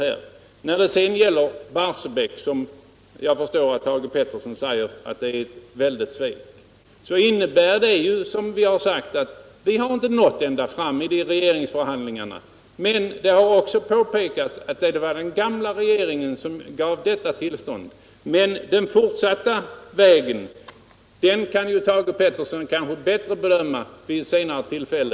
Niär det sedan gäller Barsebäck — och jag förstår att Thage Peterson säger att det är ett väldigt stort svek — innebär beslutet som sagt att vi inte nått längre vid regeringsförhandlingarna. Det var emellertid, som påpekats, den gamla regeringen som gav detta tillstånd, och den fortsatta kärnkraftsvägen kan Thage Peterson kanske bedöma bättre vid ett senare tillfälte.